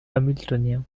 hamiltonien